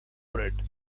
bread